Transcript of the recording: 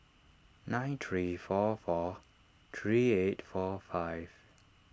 nine three four four three eight four five